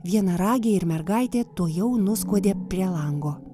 vienaragiai ir mergaitė tuojau nuskuodė prie lango